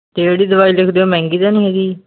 ਅਤੇ ਜਿਹੜੀ ਦਵਾਈ ਲਿਖਦੇ ਹੋ ਮਹਿੰਗੀ ਤਾਂ ਨਹੀਂ ਹੈਗੀ ਜੀ